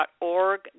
Org